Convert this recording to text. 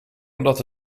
omdat